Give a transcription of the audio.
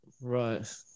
Right